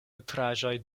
nutraĵoj